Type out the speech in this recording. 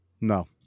No